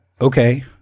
okay